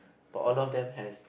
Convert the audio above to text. but all of them has